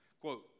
quote